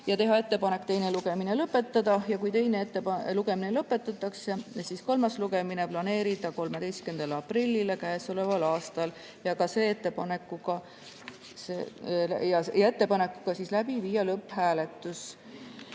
teha ettepanek teine lugemine lõpetada, ja kui teine lugemine lõpetatakse, siis kolmas lugemine planeerida 13. aprillile käesoleval aastal ettepanekuga läbi viia lõpphääletus.